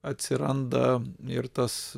atsiranda ir tas